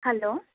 hello